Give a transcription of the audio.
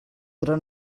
però